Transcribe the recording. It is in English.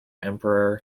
emperor